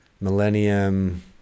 Millennium